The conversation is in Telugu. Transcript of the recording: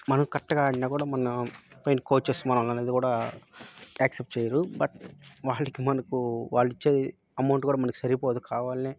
మనం కరెక్ట్గా ఆడినా కూడా మనం పోయిన కోచెస్ మనల్ని అనేది కూడా యాక్సెప్ట్ చేయరు బట్ వాళ్ళకి మనకు వాళ్ళు ఇచ్చే అమౌంట్ కూడా మనకు సరిపోదు కావలని